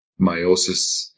Meiosis